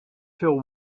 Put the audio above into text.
till